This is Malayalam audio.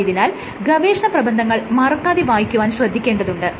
ആയതിനാൽ ഗവേഷണ പ്രബന്ധങ്ങൾ മറക്കാതെ വായിക്കുവാൻ ശ്രദ്ധിക്കേണ്ടതുണ്ട്